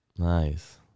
Nice